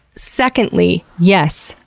secondly, yes,